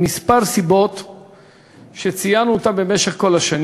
חברה שמכבדת את עצמה,